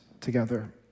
together